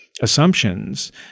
assumptions